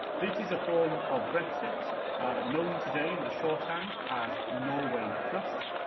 this is a form of brexit known today, in the shorthand, as norway plus,